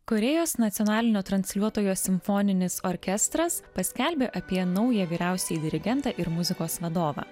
korėjos nacionalinio transliuotojo simfoninis orkestras paskelbė apie naują vyriausiąjį dirigentą ir muzikos vadovą